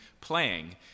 playing